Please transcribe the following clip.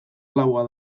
laua